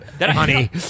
honey